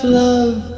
love